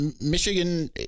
Michigan